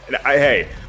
Hey